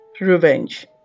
REVENGE